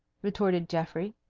retorted geoffrey.